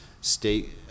state